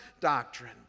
doctrine